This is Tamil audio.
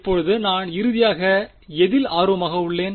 இப்போது நான் இறுதியாக எதில் ஆர்வமாக உள்ளேன்